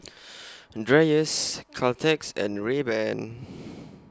Dreyers Caltex and Rayban